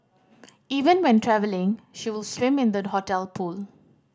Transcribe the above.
even when travelling she would swim in the hotel pool